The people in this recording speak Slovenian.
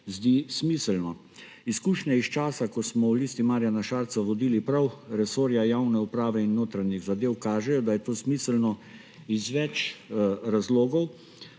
zdi smiselno. Izkušnje iz časa, ko smo v Listi Marjana Šarca vodili prav resorja javne uprave in notranjih zadev, kažejo, da je to smiselno iz več razlogov,